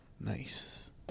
Nice